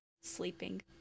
Sleeping